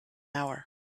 hour